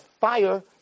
fire